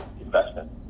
investment